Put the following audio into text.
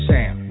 Sam